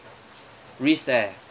risk eh